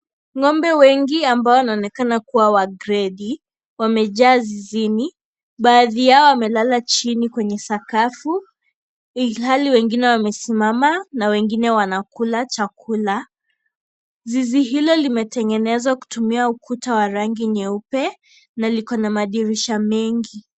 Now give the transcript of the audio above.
Ng`ombe wengi ambao wanaonekana kuwa wa gredi wamejaa zizini. Baadhi yao wamelala chini kwenye sakafu ilhali wengine wamesimama na wengine wanakula chakula. Zizi hilo limetengenezwa kutumia ukuta wa rangi nyeupe na liko na madirisha mengi.